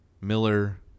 Miller